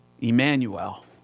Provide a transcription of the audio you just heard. Emmanuel